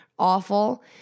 awful